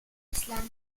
bislang